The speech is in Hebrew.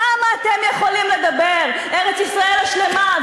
כמה אתם יכולים לדבר: ארץ-ישראל השלמה,